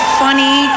funny